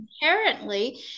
inherently